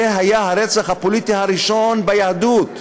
זה היה הרצח הפוליטי הראשון ביהדות,